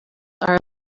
are